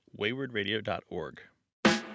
waywardradio.org